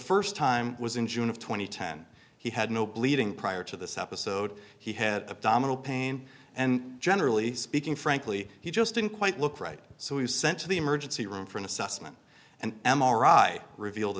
first time was in june of two thousand and ten he had no bleeding prior to this episode he had abdominal pain and generally speaking frankly he just didn't quite look right so we sent to the emergency room for an assessment and m r i revealed